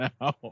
now